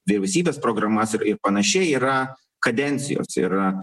vyriausybės programas ir panašiai yra kadencijos ir